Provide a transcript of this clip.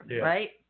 right